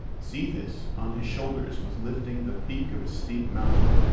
zethus on his shoulders was lifting the peak of a steep mountain,